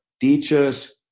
teachers